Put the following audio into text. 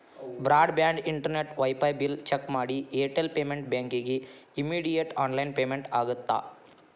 broad band internet wifi bill check ಮಾಡಿ Airtel payment ಬ್ಯಾಂಕಿಗಿ immediate online payment ಆಗತ್ತಾ